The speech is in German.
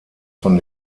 von